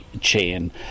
chain